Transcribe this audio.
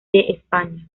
españa